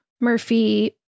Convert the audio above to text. Murphy